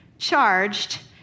charged